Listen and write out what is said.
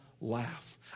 laugh